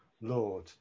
Lord